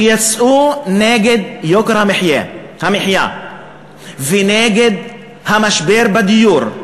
שיצאו נגד יוקר המחיה ונגד המשבר בדיור.